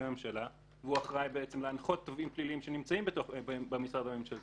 לממשלה והוא אחראי להנחות תובעים פליליים שנמצאים במשרד הממשלתי,